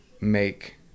make